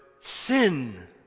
sin